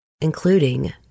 including